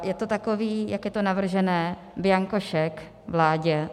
Je to takový, jak je to navrženo, bianko šek vládě.